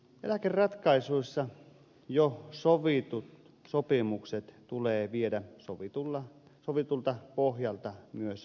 eläkeratkaisuissa jo sovitut sopimukset tulee viedä sovitulta pohjalta myös käytäntöön